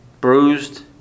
bruised